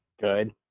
good